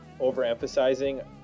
overemphasizing